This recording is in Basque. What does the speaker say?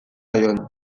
baionan